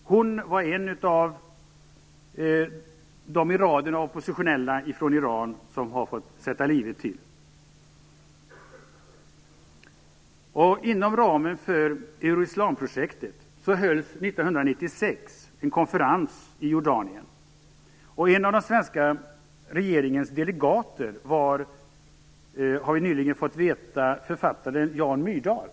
Hon var en av de i raden av oppositionella i Iran som fått sätta livet till. en konferens i Jordanien. Nyligen har vi fått veta att en av den svenska regeringens delegater var författaren Jan Myrdal.